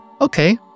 okay